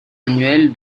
annuel